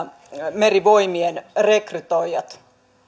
merivoimien rekrytoijat